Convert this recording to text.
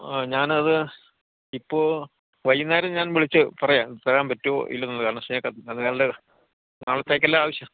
ആ ഞാനത് ഇപ്പോൾ വൈകുന്നേരം ഞാൻ വിളിച്ച് പറയാം തരാൻ പറ്റുമോ ഇല്ലെയോ എന്നുള്ളത് കാരണം നാളത്തേക്കല്ലെ ആവശ്യം